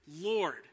Lord